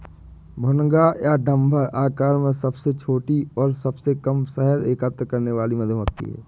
भुनगा या डम्भर आकार में सबसे छोटी और सबसे कम शहद एकत्र करने वाली मधुमक्खी है